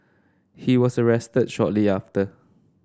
he was arrested shortly after